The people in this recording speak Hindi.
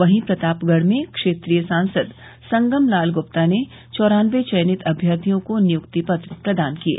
वहीं प्रतापगढ़ में क्षेत्रीय सांसद संगम लाल गुप्ता ने चौरान्नबे चयनित अम्यर्थियों को नियुक्ति पत्र प्रदान किये